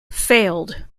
failed